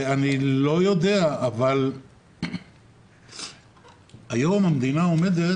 אני לא יודע אבל היום המדינה עומדת